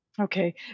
Okay